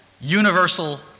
universal